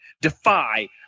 Defy